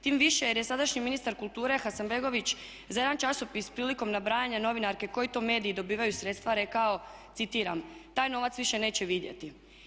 Tim više jer je sadašnji ministar kulture Hasanbegović za jedan časopis prilikom nabrajanja novinarke koji to mediji dobivaju sredstva rekao citiram: "Taj novac više neće vidjeti.